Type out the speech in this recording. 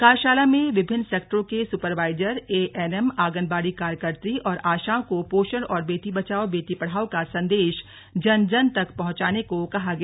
कार्यशाला में विभिन्न सेक्टरों के supervisor A N M anganwadi कार्यकत्री और आशाओं को पोषण और बेटी बचाओ बेटी पढ़ाओ का संदेश जन जन तक पहुंचाने को कहा गया